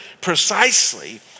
precisely